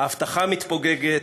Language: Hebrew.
ההבטחה מתפוגגת,